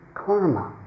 karma